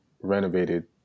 renovated